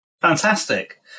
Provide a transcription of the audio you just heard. Fantastic